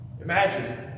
Imagine